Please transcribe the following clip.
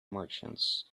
merchants